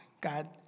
God